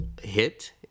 hit